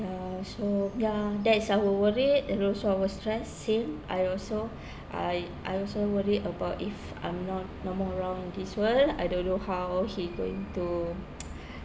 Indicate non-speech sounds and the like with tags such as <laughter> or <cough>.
ya so ya that's our worried and also our stress same I also <breath> I I also worried about if I'm not no more around in this world I don't know how he going to <noise>